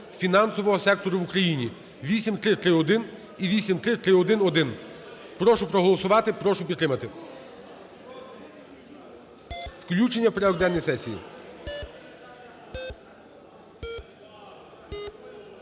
фінансового сектору в Україні (8331 і 8331-1). Прошу проголосувати, прошу підтримати включення в порядок денний сесії.